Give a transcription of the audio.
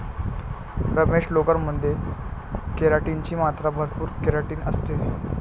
रमेश, लोकर मध्ये केराटिन ची मात्रा भरपूर केराटिन असते